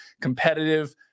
competitive